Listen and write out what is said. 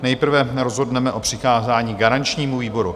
Nejprve rozhodneme o přikázání garančnímu výboru.